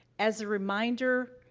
as a reminder,